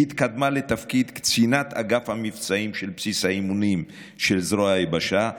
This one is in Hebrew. התקדמה לתפקיד קצינת אגף המבצעים של בסיס האימונים של זרוע היבשה,